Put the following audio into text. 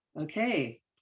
okay